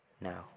now